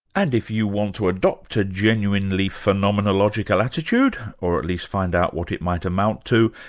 and if you want to adopt a genuinely phenomenological attitude, or at least find out what it might amount to,